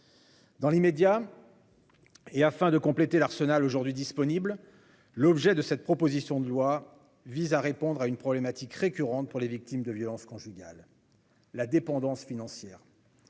Dans l'immédiat, et afin de compléter l'arsenal aujourd'hui disponible, cette proposition de loi vise à répondre à une problématique récurrente pour les victimes de violences conjugales : la dépendance financière.